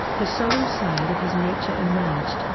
the solemn side of his nature emerged,